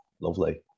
lovely